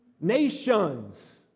nations